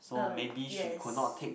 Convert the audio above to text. uh yes